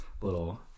little